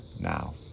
now